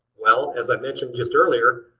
well as i mentioned just earlier,